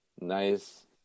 nice